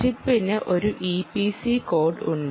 ചിപ്പിന് ഒരു EPC code ഉണ്ട്